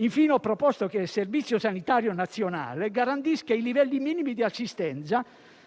Infine, ho proposto che il Servizio sanitario nazionale garantisca i livelli minimi di assistenza